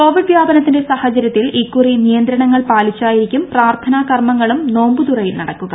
Covid വ്യാപനത്തിന്റെ ൃസാഹചര്യത്തിൽ ഇക്കുറി നിയന്ത്രണങ്ങൾ പാലിച്ചായിരിക്കും പ്പാർത്ഥനാ കർമ്മങ്ങളും നോമ്പുതുറയും നടക്കുക